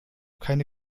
keine